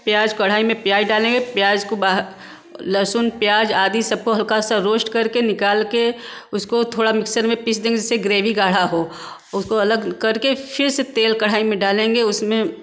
प्याज़ कढ़ाही में प्याज़ डालेंगे प्याज़ को बाहर लहसुन प्याज़ आदि सबको हल्का सा रोष्ट करके निकालके उसको थोड़ा मिक्सर में पीस देंगे जिससे ग्रेवी गाढ़ा हो उसको अलग करके फिर से तेल कढ़ाही में डालेंगे उसमें